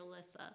Alyssa